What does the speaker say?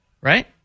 Right